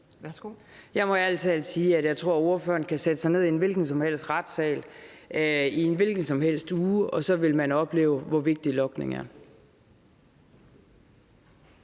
Jeg må ærlig talt sige, at jeg tror, ordføreren kan sætte sig ned i en hvilken som helst retssal i en hvilken som helst uge, og så vil man opleve, hvor vigtigt logning er.